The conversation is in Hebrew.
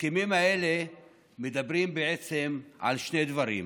ההסכמים האלה מדברים בעצם על שני דברים: